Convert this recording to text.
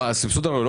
הסבסוד תלוי גם